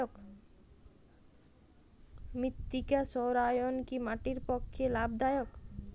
মৃত্তিকা সৌরায়ন কি মাটির পক্ষে লাভদায়ক?